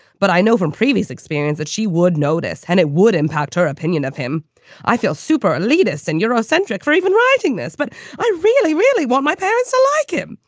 but i know from previous experience that she would notice and it would impact her opinion of him i feel super elitist and eurocentric for even this, but i really, really want my parents to like him.